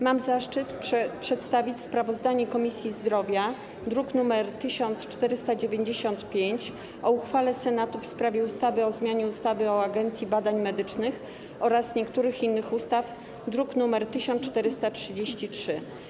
Mam zaszczyt przedstawić sprawozdanie Komisji Zdrowia, druk nr 1495, o uchwale Senatu w sprawie ustawy o zmianie ustawy o Agencji Badań Medycznych oraz niektórych innych ustaw, druk nr 1433.